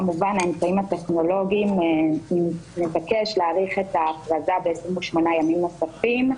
האמצעים הטכנולוגיים נבקש להאריך את ההכרזה ב-28 ימים נוספים.